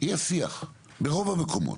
יש שיח ברוב המקומות.